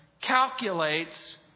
calculates